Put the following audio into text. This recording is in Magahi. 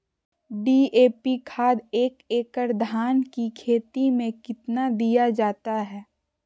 डी.ए.पी खाद एक एकड़ धान की खेती में कितना दीया जाता है?